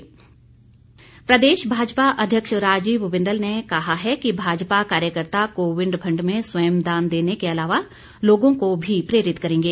बिंदल प्रदेश भाजपा अध्यक्ष राजीव बिंदल ने कहा है कि भाजपा कार्यकर्ता कोविड फंड में स्वयं दान देने के अलावा लोगों को भी प्रेरित करेंगे